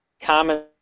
common